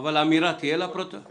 אבל תהיה אמירה לפרוטוקול?